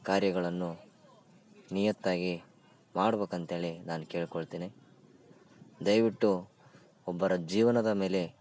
ಕಾರ್ಯಗಳನ್ನು ನಿಯತ್ತಾಗಿ ಮಾಡ್ಬೇಕಂತೇಳಿ ನಾನು ಕೇಳ್ಕೊಳ್ತಿನಿ ದಯವಿಟ್ಟು ಒಬ್ಬರ ಜೀವನದ ಮೇಲೆ